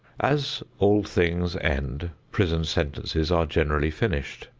as all things end, prison sentences are generally finished.